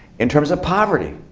in terms of poverty,